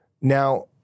Now